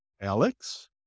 Alex